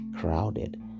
crowded